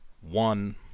One